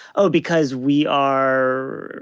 oh, because we are.